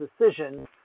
decision